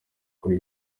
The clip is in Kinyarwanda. kuri